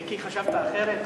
וכי חשבת אחרת?